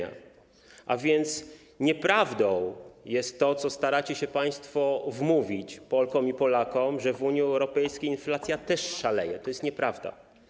A więc nieprawdą jest to, co staracie się państwo wmówić Polkom i Polakom, że w Unii Europejskiej inflacja też szaleje - to jest nieprawda.